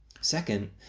Second